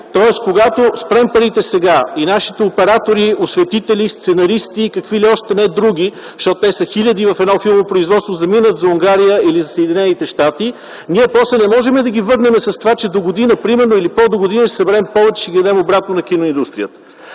Тоест, когато спрем парите сега и нашите оператори, осветители, сценаристи и какви ли още не други, защото те са хиляди в едно филмопроизводство, заминат за Унгария или за Съединените щати, ние после не можем да ги върнем с това, че например догодина или по-догодина ще съберем повече и ще ги дадем обратно на киноиндустрията.